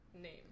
name